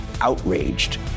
outraged